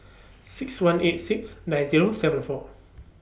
six one eight six nine Zero seven four